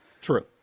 True